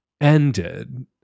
ended